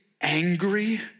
angry